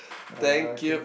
uh okay